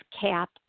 cap